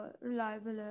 reliable